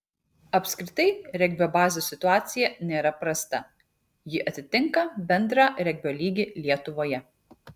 apskritai regbio bazių situacija nėra prasta ji atitinka bendrą regbio lygį lietuvoje